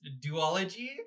duology